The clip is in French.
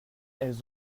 elles